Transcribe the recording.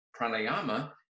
pranayama